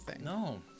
No